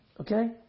Okay